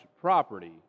property